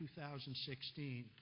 2016